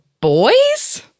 boys